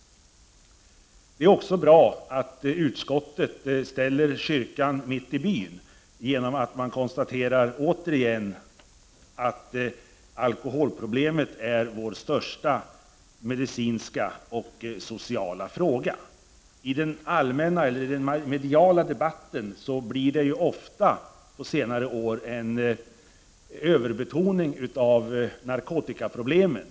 Det är också bra att utskottet ställer kyrkan mitt i byn genom att återigen konstatera att alkoholproblemet är vårt största medicinska och sociala problem. I den mediala debatten har det ofta på senare år blivit en överbetoning av narkotikaproblemen.